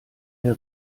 der